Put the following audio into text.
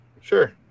Sure